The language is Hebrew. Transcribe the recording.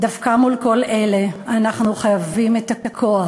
דווקא מול כל אלה אנחנו חייבים את הכוח